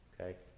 Okay